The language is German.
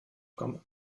komme